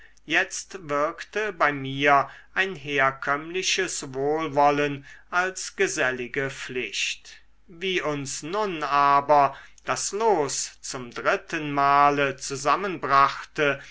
jetzt wirkte bei mir ein herkömmliches wohlwollen als gesellige pflicht wie uns nun aber das los zum dritten male zusammenbrachte